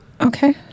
Okay